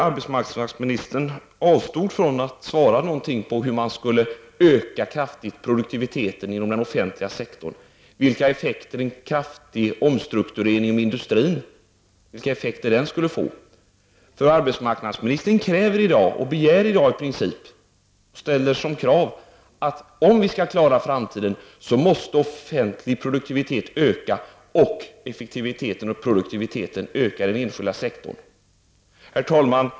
Arbetsmarknadsministern avstod från att svara på hur man kraftigt skulle öka produktiviteten inom den offentliga sektorn och vilka effekter en kraftig omstrukturering inom industrin skulle få. Arbetsmarknadsministern kräver i princip i dag att den offentliga produktiviteten och effektiviteten samt produktiviteten inom den enskilda sektorn måste öka om vi skall klara oss i framtiden. Herr talman!